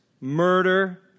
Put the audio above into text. murder